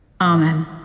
Amen